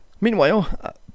Meanwhile